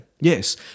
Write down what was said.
Yes